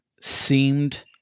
seemed